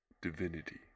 divinity